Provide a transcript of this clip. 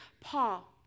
Paul